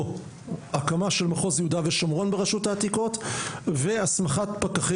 או הקמה של מחוז יהודה ושומרון ברשות העתיקות והסמכת פקחי